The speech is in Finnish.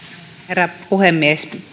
herra puhemies